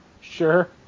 Sure